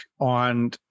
on